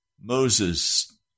Moses